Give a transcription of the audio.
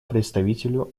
представителю